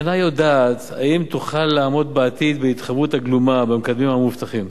שאינה יודעת אם תוכל לעמוד בעתיד בהתחייבות הגלומה במקדמים המובטחים.